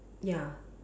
ya